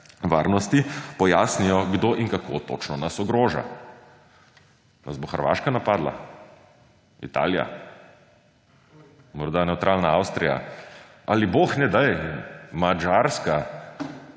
varnosti, pojasnijo, kdo in kako točno nas ogroža. Nas bo Hrvaška napadla? Italija? Morda nevtralna Avstrija? Ali, bog ne daj, Madžarska,